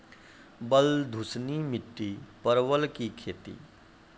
बल दुश्मनी मिट्टी परवल की खेती?